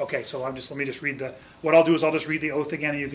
ok so i'm just let me just read that what i'll do is i'll just read the oath again you